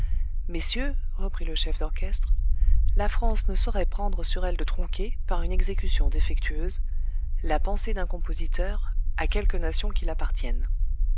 messieurs reprit le chef d'orchestre la france ne saurait prendre sur elle de tronquer par une exécution défectueuse la pensée d'un compositeur à quelque nation qu'il appartienne